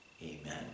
Amen